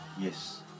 Yes